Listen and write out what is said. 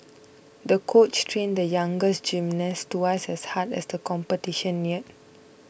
the coach trained the young gymnast twice as hard as the competition neared